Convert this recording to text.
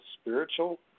spiritual